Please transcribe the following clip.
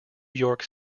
york